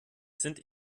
sind